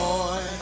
Boy